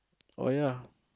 or ya